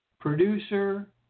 producer